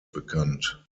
bekannt